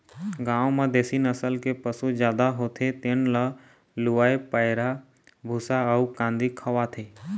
गाँव म देशी नसल के पशु जादा होथे तेन ल लूवय पैरा, भूसा अउ कांदी खवाथे